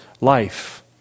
Life